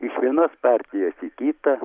iš vienos partijos į kitą